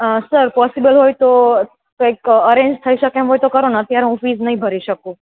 sir possible હોય તો કંઈક અરેન્જ થઈ શકે એમ હોય તો કરો ન અત્યારે હું ફીસ નહીં ભરી શકું